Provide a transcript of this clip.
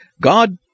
God